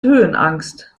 höhenangst